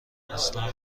اصلا